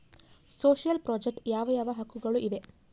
Social project ಯಾವ ಯಾವ ಹಕ್ಕುಗಳು ಇವೆ?